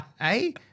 hey